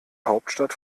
hauptstadt